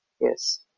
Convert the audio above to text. yes